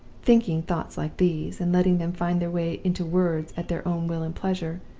thinking thoughts like these, and letting them find their way into words at their own will and pleasure,